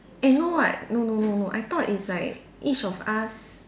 eh no what no no no no I thought is like each of us